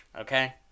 okay